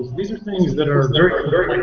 these are things that are very